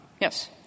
Yes